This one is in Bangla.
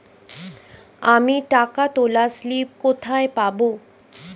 আমি টাকা তোলার স্লিপ কোথায় পাবো?